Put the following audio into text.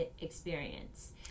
experience